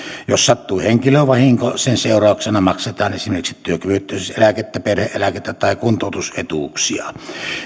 jos sattuu henkilövahinko sen seurauksena maksetaan esimerkiksi työkyvyttömyyseläkettä perhe eläkettä tai kuntoutusetuuksia